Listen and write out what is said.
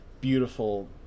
beautiful